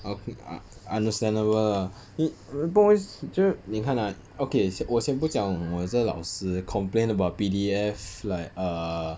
oh mm ah understandable lah 你 hmm 不懂为什就你看 ah okay 先我先不讲我这老师 complain about P_D_F like err